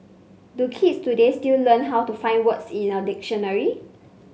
do kids today still learn how to find words in a dictionary